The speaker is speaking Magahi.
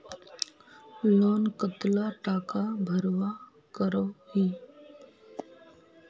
लोन कतला टाका भरवा करोही?